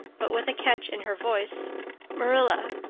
but with a catch in her voice marilla,